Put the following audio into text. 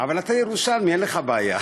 אבל אתה ירושלמי, אין לך בעיה.